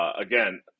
Again